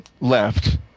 left